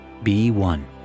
B1